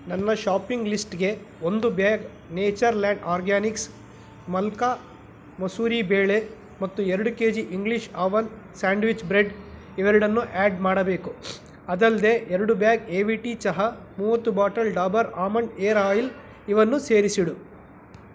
ನನ್ನ ಶಾಪಿಂಗ್ ಲಿಸ್ಟ್ಗೆ ಒಂದು ಬ್ಯಾಗ್ ನೇಚರ್ಲ್ಯಾಂಡ್ ಆರ್ಗ್ಯಾನಿಕ್ಸ್ ಮಲ್ಕಾ ಮಸೂರಿ ಬೇಳೆ ಮತ್ತು ಎರಡು K G English oven sandwich bread ಇವೆರಡನ್ನೂ ಆ್ಯಡ್ ಮಾಡಬೇಕು ಅದಲ್ಲದೇ ಎರಡು ಬ್ಯಾಗ್ ಎ ವಿ ಟಿ ಚಹಾ ಮೂವತ್ತು bottle Dabur almond hair oil ಇವನ್ನೂ ಸೇರಿಸಿಡು